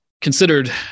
considered